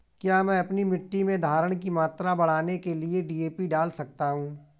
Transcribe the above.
क्या मैं अपनी मिट्टी में धारण की मात्रा बढ़ाने के लिए डी.ए.पी डाल सकता हूँ?